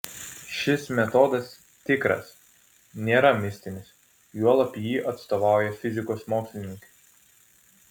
šis metodas tikras nėra mistinis juolab jį atstovauja fizikos mokslininkai